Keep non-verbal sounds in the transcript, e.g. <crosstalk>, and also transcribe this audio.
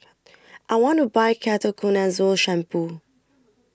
<noise> I want to Buy Ketoconazole Shampoo